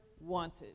wanted